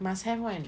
must have [one]